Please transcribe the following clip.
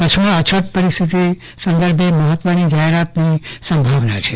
કચ્છમાં અછત પરિસ્થિતિ સંદર્ભે મહત્વની જાહેરાતની સંભાવના છે